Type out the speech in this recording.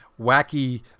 wacky